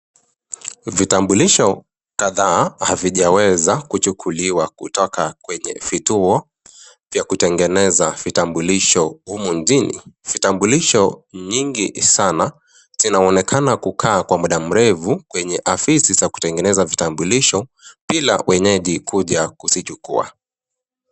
Vitambulisho kadhaa havijaweza kuchukuliwa kutoka kwenye vituo vya kutengeneza vitambulisho humu nchini, vitambulisho nyingi sana zinaonekana kukaa kwa mda mrefu kwenye afisi vya kutengeneza vitambulisho ila wenyeji kuja kuzichukua.